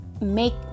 make